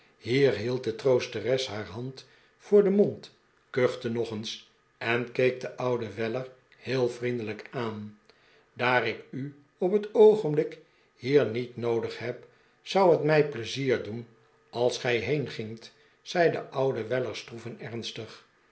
hier hield de troosteres haar hand voor den mond kuchte nog eens en keek den ouden weller heel vriendelijk aan daar ik u op het oogenblik hier niet noodig heb zou het mij pleizier doen als gij heengingt zei de oude weller stroef en ernstig